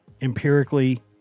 empirically